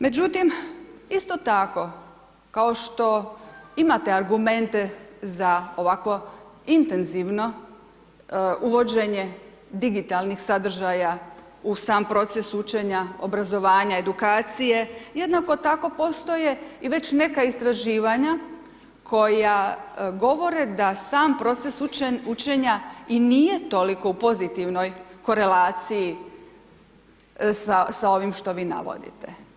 Međutim isto tako kao što imate argumente za ovakvo intenzivno uvođenje digitalnih sadržaja u sam proces učenja obrazovanja, edukacije, jednako tako postoje i već neka istraživanja koja govore da sam proces učenja i nije toliko u pozitivnoj korelaciji sa ovim što vi navodite.